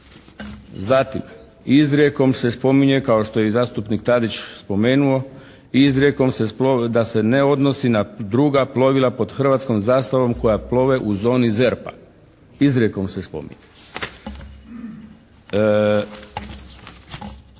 Zatim, izrijekom se spominje kao što je i zastupnik Tadić spomenuo da se ne odnosi na druga plovila pod hrvatskom zastavom koja plove u zoni ZERP-a. Izrijekom se spominje.